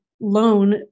loan